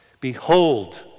Behold